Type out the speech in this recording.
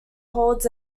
holds